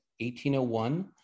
1801